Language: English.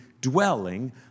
dwelling